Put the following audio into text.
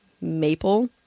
Maple